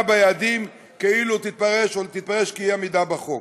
ביעדים כאילו תתפרש כאי-עמידה בחוק.